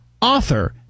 author